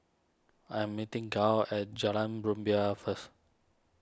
I am meeting Gail at Jalan Rumbia first